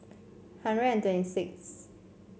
hundred and twenty sixth